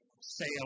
sale